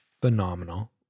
phenomenal